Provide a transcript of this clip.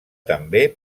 també